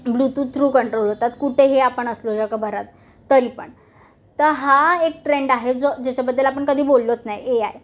Bluetooth through control होतात कुठेही आपण असलो जगभरात तरी पण तर हा एक ट्रेंड आहे जो ज्याच्याबद्दल आपण कधी बोललोच नाही ए आय